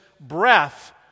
breath